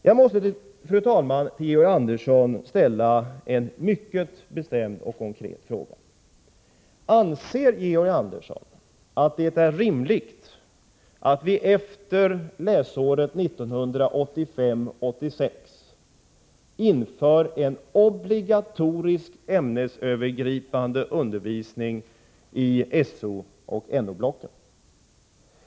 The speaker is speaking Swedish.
Jag måste, fru talman, till Georg Andersson ställa en mycket konkret fråga: Anser Georg Andersson att det är rimligt att vi efter läsåret 1985/86 inför en obligatorisk ämnesövergripande undervisning i SO och NO blocken?